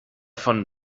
von